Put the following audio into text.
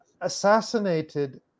assassinated